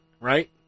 right